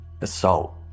assault